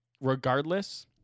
Regardless